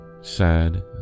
sad